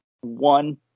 one